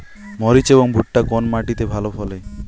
মরিচ এবং ভুট্টা কোন মাটি তে ভালো ফলে?